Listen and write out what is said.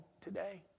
today